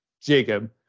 Jacob